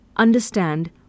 Understand